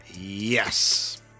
Yes